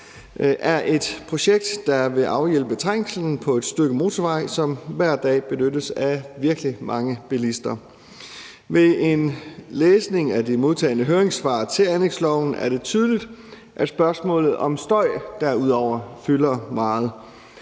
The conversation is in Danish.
er et projekt, der vil afhjælpe trængslen på et stykke motorvej, som hver dag benyttes af virkelig mange bilister. Ved en læsning af de modtagne høringssvar til anlægsloven er det tydeligt, at spørgsmålet om støj derudover fylder meget.